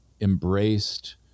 embraced